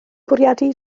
bwriadu